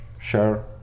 share